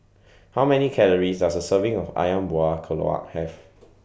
How Many Calories Does A Serving of Ayam Buah Keluak Have